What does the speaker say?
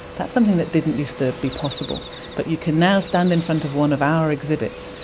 that's something that didn't use to be possible, but you can now stand in front of one of our exhibits,